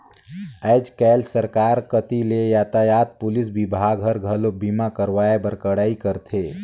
आयज कायज सरकार कति ले यातयात पुलिस विभाग हर, घलो बीमा करवाए बर कड़ाई करथे